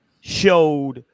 showed